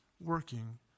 working